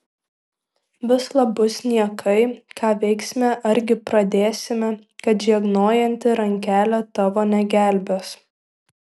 vislab bus niekai ką veiksime argi pradėsime kad žegnojanti rankelė tavo negelbės